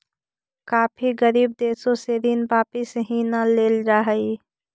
काफी गरीब देशों से ऋण वापिस ही न लेल जा हई